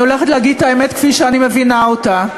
אני הולכת להגיד את האמת כפי שאני מבינה אותה.